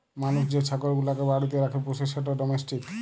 মালুস যে ছাগল গুলাকে বাড়িতে রাখ্যে পুষে সেট ডোমেস্টিক